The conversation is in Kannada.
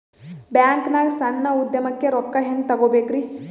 ಬ್ಯಾಂಕ್ನಾಗ ಸಣ್ಣ ಉದ್ಯಮಕ್ಕೆ ರೊಕ್ಕ ಹೆಂಗೆ ತಗೋಬೇಕ್ರಿ?